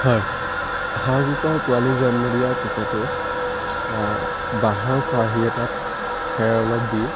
হয় হাঁহ কুকুৰা পোৱালি জন্ম দিয়াৰ প্ৰক্ৰিয়াটো বাঁহৰ খৰাহি এটাত খেৰ অলপ দি